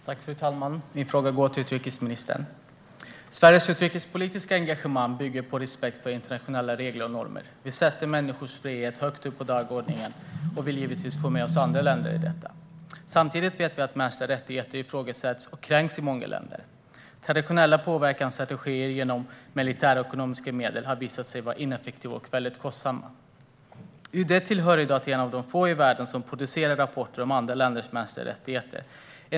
Fru talman! Min fråga går till utrikesministern. Sveriges utrikespolitiska engagemang bygger på respekt för internationella regler och normer. Vi sätter människors frihet högt på dagordningen, och vi vill givetvis få med oss andra länder i detta. Samtidigt vet vi att mänskliga rättigheter ifrågasätts och kränks i många länder. Traditionella påverkansstrategier genom militära och ekonomiska medel har visat sig vara ineffektiva och mycket kostsamma. UD är bland de få i världen som producerar rapporter om mänskliga rättigheter i andra länder.